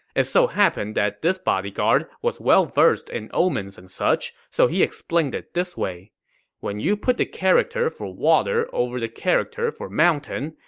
it so happened that this bodyguard was well-versed in omens and such, so he explained it this way when you put the character for water over the character for mountain,